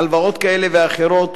הלוואות כאלה ואחרות,